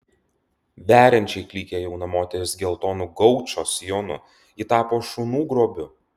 veriančiai klykė jauna moteris geltonu gaučo sijonu ji tapo šunų grobiu